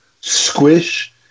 squish